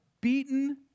beaten